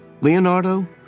Leonardo